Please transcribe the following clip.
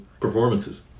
performances